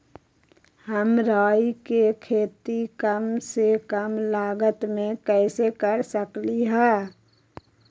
हम राई के खेती कम से कम लागत में कैसे कर सकली ह?